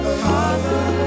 father